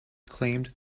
claimed